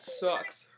sucks